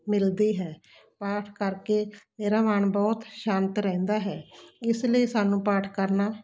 ਮਿਲਦੇ ਹੈ ਪਾਠ ਕਰਕੇ ਮੇਰਾ ਮਨ ਬਹੁਤ ਸ਼ਾਂਤ ਰਹਿੰਦਾ ਹੈ ਇਸ ਲਈ ਸਾਨੂੰ ਪਾਠ ਕਰਨਾ